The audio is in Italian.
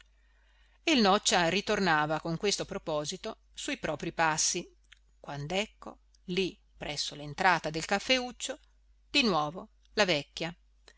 il noccia ritornava con questo proposito sui proprii passi quand'ecco lì presso l'entrata del caffeuccio di nuovo la vecchia